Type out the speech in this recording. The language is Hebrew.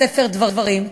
ספר דברים,